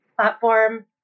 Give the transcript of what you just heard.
platform